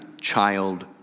Child